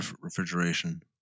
refrigeration